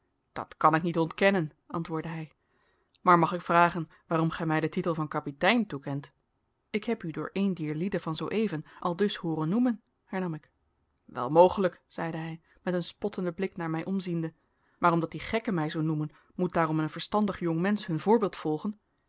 dat kan ik niet ontkennen antwoordde hij maar mag ik vragen waarom gij mij den titel van kapitein toekent ik heb u door een dier lieden van zooeven aldus hooren noemen hernam ik wel mogelijk zeide hij met een spottenden blik naar mij omziende maar omdat die gekken mij zoo noemen moet daarom een verstandig jongmensch hun voorbeeld volgen